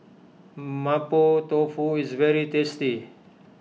Mapo Tofu is very tasty